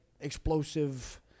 explosive